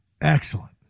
Excellent